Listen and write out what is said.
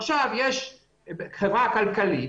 עכשיו יש חברה כלכלית,